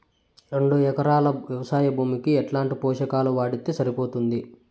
రెండు ఎకరాలు వ్వవసాయ భూమికి ఎట్లాంటి పోషకాలు వాడితే సరిపోతుంది?